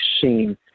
seen